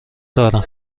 دارم